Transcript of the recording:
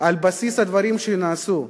על בסיס הדברים שנעשו,